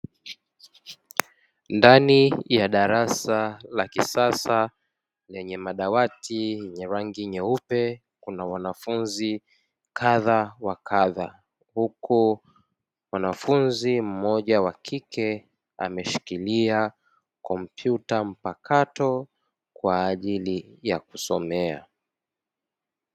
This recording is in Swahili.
Ndani ya darasa la kisasa lenye madawati yenye rangi nyeupe kuna wanafunzi kadha wa kadha huku mwanafunzi mmoja wa kike ameshikilia kompyuta mpakato kwa ajili ya kusomea.